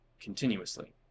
Continuously